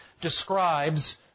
describes